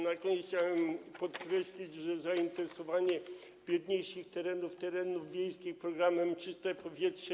Na koniec chciałem podkreślić, że jest zainteresowanie biedniejszych terenów, terenów wiejskich programem „Czyste powietrze”